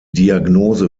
diagnose